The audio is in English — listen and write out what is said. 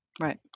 Right